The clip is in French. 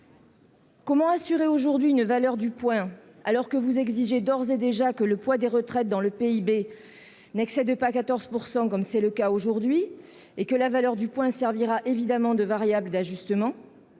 Comment assurer aujourd'hui une valeur du point, alors que vous exigez d'ores et déjà que le poids des retraites dans le PIB n'excède pas 14 %, comme c'est le cas aujourd'hui, et que la valeur du point servira évidemment de variable d'ajustement ?